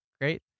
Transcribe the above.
great